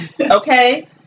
Okay